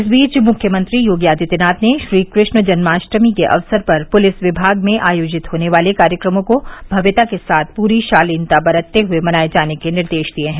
इस बीच मुख्यमंत्री योगी आदित्यनाथ ने श्रीकृष्ण जन्माष्टमी के अवसर पर पुलिस विमाग में आयोजित होने वाले कार्यक्रमों को भव्यता के साथ पूरी शालीनता बरतते हुए मनाए जाने के निर्देश दिए हैं